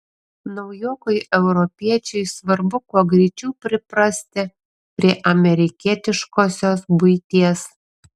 naujokui europiečiui svarbu kuo greičiau priprasti prie amerikietiškosios buities